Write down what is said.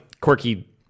quirky